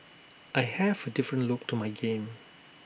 I have A different look to my game